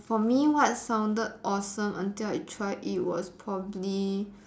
for me what sounded awesome until I tried it was probably